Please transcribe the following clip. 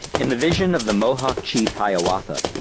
in the vision of the mohawk chief iliawatha,